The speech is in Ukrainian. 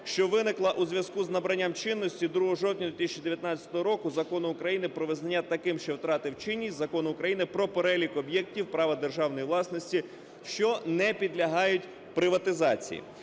що виникла у зв'язку з набранням чинності 2 жовтня 2019 року Закону України "Про визнання таким, що втратив чинність, Закону України "Про перелік об'єктів права державної власності, що не підлягають приватизації".